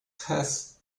has